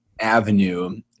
avenue